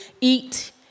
eat